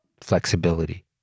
flexibility